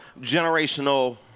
generational